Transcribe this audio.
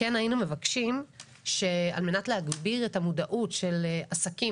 כן היינו מבקשים שעל מנת להגביר את המודעות של עסקים,